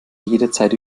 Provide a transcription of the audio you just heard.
jederzeit